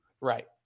Right